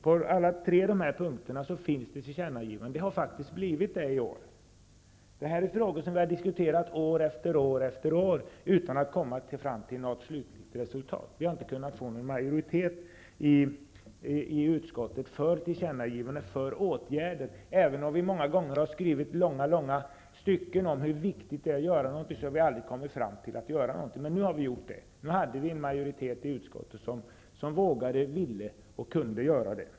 På alla tre punkterna finns tillkännagivanden. Det har faktiskt blivit tillkännagivanden i år. Detta är frågor som vi har diskuterat år efter år efter år utan att komma fram till något slutligt resultat. Vi har inte kunnat få någon majoritet i utskottet för ett tillkännagivande om åtgärder. Även om vi många gånger har skrivit långa långa stycken om hur viktigt det är att göra någonting, har vi hittills aldrig kommit fram till att göra någonting. Men nu har vi gjort det. Nu hade vi en majoritet i utskottet som vågade, ville och kunde göra det.